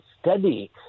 study